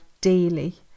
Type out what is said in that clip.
daily